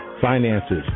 finances